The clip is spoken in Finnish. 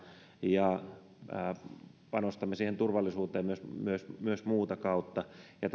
ja panostamme siihen turvallisuuteen myös muuta kautta ja